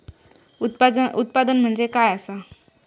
उत्पादन म्हणजे काय असा?